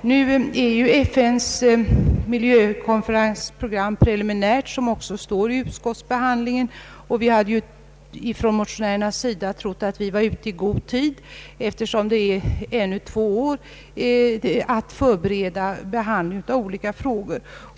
Nu är ju programmet för FN:s miljövårdskonferens preliminärt, vilket också framgår av utskottets utlåtande. Vi motionärer hade trott att vi var ute i god tid, eftersom det återstår två år för att förbereda behandlingen av olika frågor där.